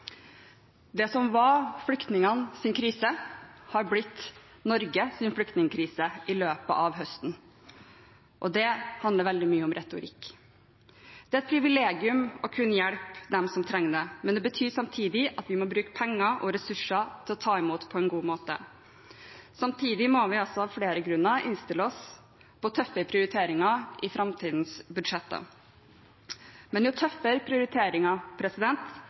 Det som var flyktningenes krise, har blitt Norges flyktningkrise i løpet av høsten, og det handler veldig mye om retorikk. Det er et privilegium å kunne hjelpe dem som trenger det, men det betyr samtidig at vi må bruke penger og ressurser til å ta imot dem på en god måte. Samtidig må vi altså av flere grunner innstille oss på tøffe prioriteringer i framtidens budsjetter. Men jo tøffere prioriteringer,